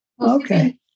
Okay